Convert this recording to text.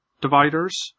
dividers